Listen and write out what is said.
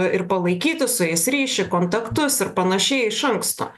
ir palaikyti su jais ryšį kontaktus ir panašiai iš anksto